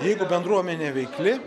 jeigu bendruomenė veikli